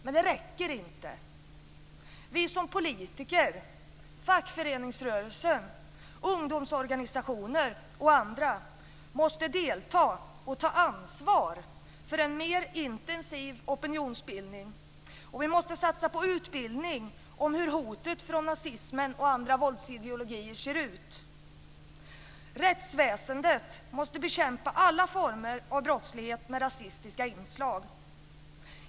Men det räcker inte. Vi som politiker, fackföreningsrörelsen, ungdomsorganisationer och andra måste delta och ta ansvar för en mer intensiv opinionsbildning. Vi måste satsa på utbildning om hur hotet från nazismen och andra våldsideologier ser ut. Rättsväsendet måste bekämpa alla former av brottslighet med rasistiska inslag.